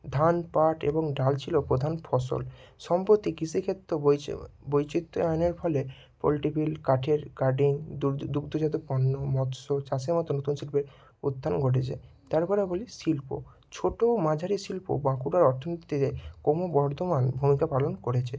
ধান পাট এবং ডাল ছিলো প্রধান ফসল সম্প্রতি কৃষিক্ষেত্র বৈচিও বৈচিত্র্য আনার ফলে পোল্ট্রি বিল কাঠের কাটিং দুগ্ধজাত পণ্য মৎস চাষের মতো নতুন শিল্পের উত্থান ঘটেছে তারপরে বলি শিল্প ছোটো ও মাঝারি শিল্প বাঁকুড়ার অর্থনীতিতে ক্রমবর্ধমান ভূমিকা পালন করেছে